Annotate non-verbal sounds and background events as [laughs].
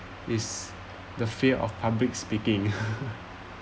is the fear of public speaking [laughs]